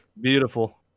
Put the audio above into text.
Beautiful